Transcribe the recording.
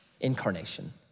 Incarnation